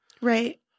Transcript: Right